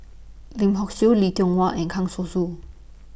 Lim Hock Siew Lee Tiong Wah and Kang Siong Soon